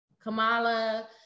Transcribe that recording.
Kamala